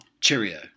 cheerio